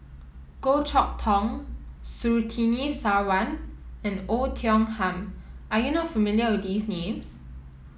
Goh Chok Tong Surtini Sarwan and Oei Tiong Ham are you not familiar with these names